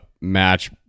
match